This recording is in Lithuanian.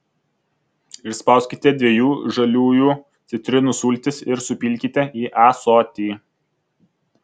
išspauskite dviejų žaliųjų citrinų sultis ir supilkite į ąsotį